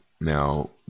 now